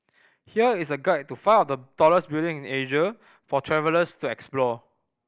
here is a guide to five of the tallest building in Asia for travellers to explore